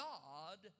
God